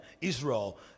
Israel